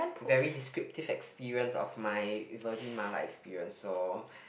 very descriptive experience of my in Virgin mala experience so